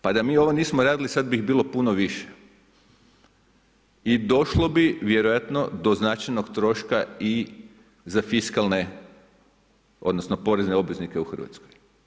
Pa da mi ovo nismo radili sad bi ih bilo puno više i došlo bi, vjerojatno, do značajnog troška i za fiskalne, odnosno porezne obveznike u Hrvatskoj.